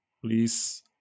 please